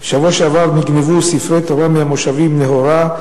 נגנבו ספרי תורה מהמושבים נהורה,